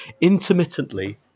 intermittently